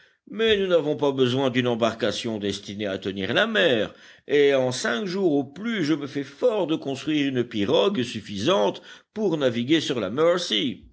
mais nous n'avons pas besoin d'une embarcation destinée à tenir la mer et en cinq jours au plus je me fais fort de construire une pirogue suffisante pour naviguer sur la mercy